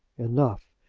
enough!